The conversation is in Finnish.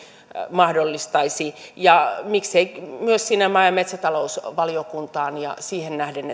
mahdollistaisi ja miksei myös sinne maa ja metsätalousvaliokuntaan siihen nähden